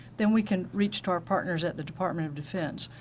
then we can reach to our partners at the department of defense.